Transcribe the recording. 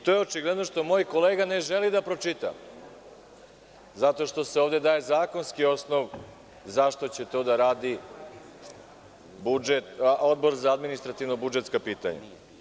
To je očigledno nešto što moj kolega ne želi da pročita, zato što se ovde daje zakonski osnov zašto će to da radi Odbor za administrativno-budžetska pitanja.